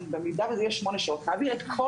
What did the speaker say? במידה וזה יהיה 8 שעות להעביר את כל